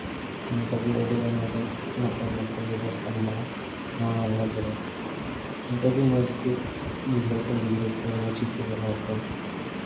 ᱱᱚᱝᱠᱟ ᱜᱮ ᱟᱹᱰᱤ ᱟᱭᱢᱟᱜᱟᱱ ᱱᱟᱯᱟᱭ ᱱᱟᱯᱟᱭ ᱵᱮᱵᱚᱥᱛᱷᱟ ᱢᱮᱱᱟᱜᱼᱟ ᱱᱚᱣᱟ ᱢᱟᱞᱫᱟ ᱡᱮᱞᱟᱨᱮ ᱤᱱᱠᱟᱜᱮ ᱢᱚᱡᱽ ᱜᱮᱠᱚ ᱵᱩᱡᱷᱟᱹᱣ ᱠᱚᱣᱟ ᱜᱤᱫᱽᱨᱟᱹ ᱠᱚ ᱢᱚᱡᱽ ᱜᱮᱠᱚ ᱯᱟᱲᱦᱟᱣ ᱠᱚᱣᱟ